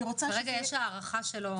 כרגע יש הארכה שלו,